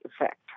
effect